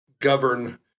govern